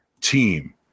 team